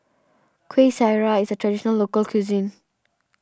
Kuih Syara is a Traditional Local Cuisine